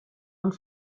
und